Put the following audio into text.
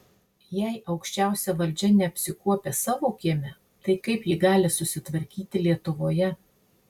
jei aukščiausia valdžia neapsikuopia savo kieme tai kaip ji gali susitvarkyti lietuvoje